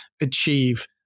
achieve